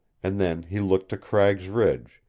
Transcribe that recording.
and then he looked to cragg's ridge,